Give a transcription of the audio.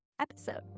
episode